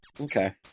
Okay